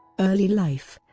early life